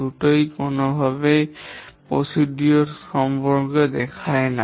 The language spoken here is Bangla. দুটিই কোনও অগ্রাধিকার সম্পর্ক দেখায় না